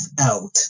out